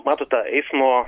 matot ta eismo